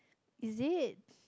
is it